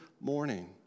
morning